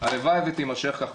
הלוואי ותימשך כך.